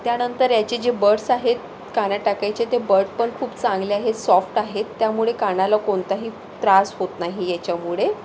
त्यानंतर याचे जे बड्स आहेत कानात टाकायचे ते बड पण खूप चांगले आहेत सॉफ्ट आहेत त्यामुळे कानाला कोणताही त्रास होत नाही याच्यामुळे